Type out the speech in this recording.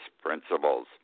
principles